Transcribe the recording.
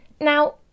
Now